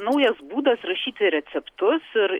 naujas būdas rašyti receptus ir